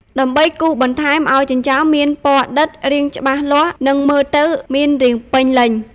ដើម្បីគូសបន្ថែមឲ្យចិញ្ចើមមានពណ៌ដិត រាងច្បាស់លាស់ និងមើលទៅមានរាងពេញលេញ។